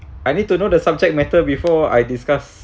I need to know the subject matter before I discuss